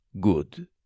Good